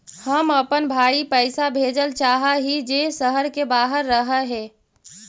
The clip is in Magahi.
हम अपन भाई पैसा भेजल चाह हीं जे शहर के बाहर रह हे